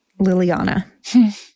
Liliana